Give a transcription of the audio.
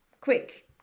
quick